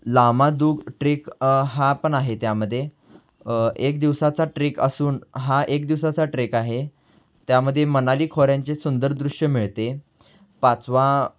llama Dugh trek हा पण आहे त्यामध्ये एक दिवसाचा ट्रेक असून हा एक दिवसाचा ट्रेक आहे त्यामध्ये मनाली खोऱ्यांचे सुंदर दृश्य मिळते पाचवा